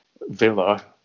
villa